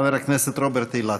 חבר הכנסת רוברט אילטוב.